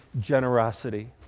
generosity